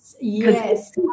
Yes